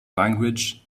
language